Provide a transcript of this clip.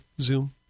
Zoom